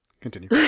Continue